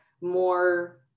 more